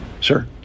Sir